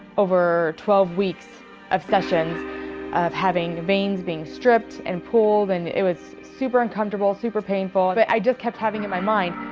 over twelve weeks of sessions of having veins being stripped and pulled and it was super uncomfortable, super painful, but i just kept having in my mind,